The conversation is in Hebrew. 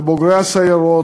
לבוגרי הסיירות,